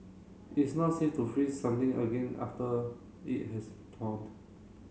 it's not safe to freeze something again after it has thawed